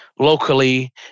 Locally